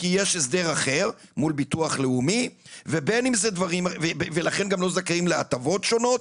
כי יש הסדר אחר מול ביטוח לאומי ולכן גם לא זכאים להטבות שונות,